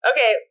Okay